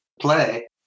play